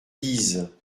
guise